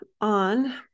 on